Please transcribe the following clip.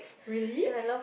really